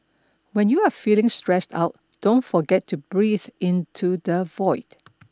when you are feeling stressed out don't forget to breathe into the void